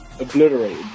obliterated